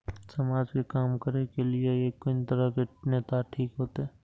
समाज के काम करें के ली ये कोन तरह के नेता ठीक होते?